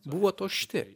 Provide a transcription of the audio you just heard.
buvo tušti